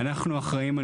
אנחנו אחראים על